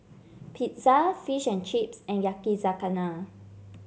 Pizza Fish and Chips and Yakizakana